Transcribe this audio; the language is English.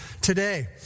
today